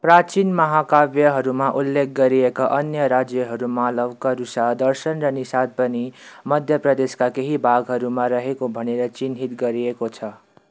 प्राचीन महाकाव्यहरूमा उल्लेख गरिएका अन्य राज्यहरू मालवा करुसा दर्शन र निसाद पनि मध्य प्रदेशका केही भागहरूमा रहेको भनेर चिन्हित गरिएको छ